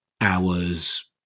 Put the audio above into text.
hours